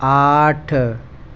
آٹھ